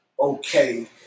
okay